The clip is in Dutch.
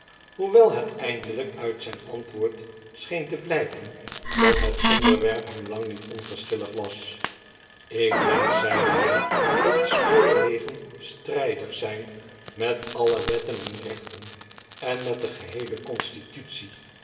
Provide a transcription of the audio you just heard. hoewel het eindelgk uit zgn antwoord scheen te blgken dat het onderwerp hem lang niet onverschilig was lk denk zeide hg dat de spoorwegen strijdig zgn met alle wetten en retmen en met de geheele